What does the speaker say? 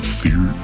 fear